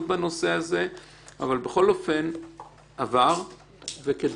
בנושא הזה אבל בכל אופן זה עבר וכדרכנו,